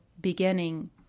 beginning